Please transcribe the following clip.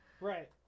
Right